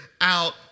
out